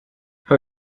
how